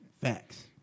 facts